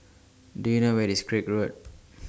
Do YOU know Where IS Craig Road